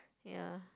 ya